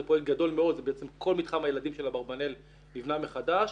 זה פרויקט גדול מאוד כל מתחם הילדים של אברבנאל נבנה מחדש,